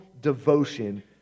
devotion